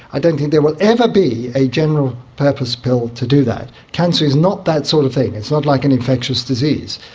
i don't think there will ever be a general purpose pill to do that. cancer is not that sort of thing, it's not like an infectious disease.